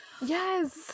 Yes